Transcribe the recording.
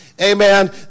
amen